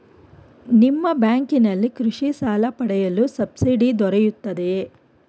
ನಿಮ್ಮ ಬ್ಯಾಂಕಿನಲ್ಲಿ ಕೃಷಿ ಸಾಲ ಪಡೆಯಲು ಸಬ್ಸಿಡಿ ದೊರೆಯುತ್ತದೆಯೇ?